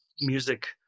music